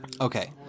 Okay